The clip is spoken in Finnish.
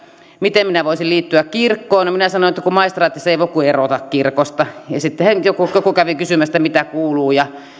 miten minä voisin liittyä kirkkoon no minä sanoin että maistraatissa ei voi kuin erota kirkosta sitten joku kävi kysymässä että mitä kuuluu ja